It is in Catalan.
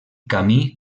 camí